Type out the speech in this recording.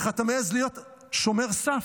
איך אתה מעז להיות שומר סף?